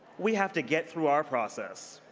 we have to get through our process.